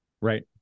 right